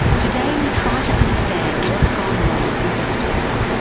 today we try to understand what's gone wrong in venezuela.